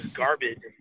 garbage